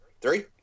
Three